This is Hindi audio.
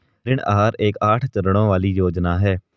ऋण आहार एक आठ चरणों वाली योजना है